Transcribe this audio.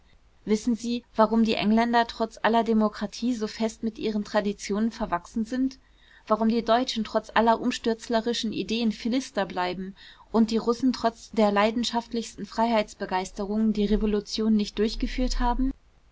wissen sie warum die engländer trotz aller demokratie so fest mit ihren traditionen verwachsen sind warum die deutschen trotz aller umstürzlerischen ideen philister bleiben und die russen trotz der leidenschaftlichsten freiheitsbegeisterung die revolution nicht durchgeführt haben